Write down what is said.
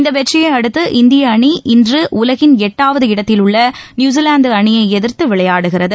இந்த வெற்றியை அடுத்து இந்திய அணி இன்று உலகின் எட்டாவது இடத்திலுள்ள நியூசிலாந்து அணியை எதிர்த்து விளையாடுகிறது